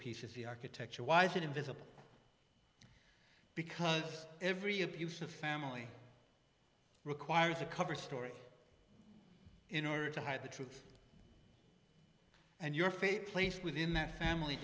piece is the architecture why is it invisible because every abusive family requires a cover story in order to hide the truth and your faith placed within that family